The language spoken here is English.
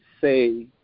say